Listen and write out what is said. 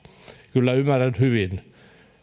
kyllä ymmärrän hyvin